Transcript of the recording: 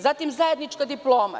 Zatim, zajednička diploma.